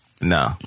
No